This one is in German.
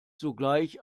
sogleich